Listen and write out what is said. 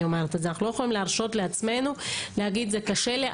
שאנחנו לא יכולים להרשות לעצמנו להגיד: זה קשה לי,